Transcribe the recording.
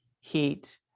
heat